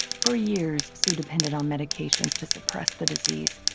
for years, so depended on medications to suppress the disease.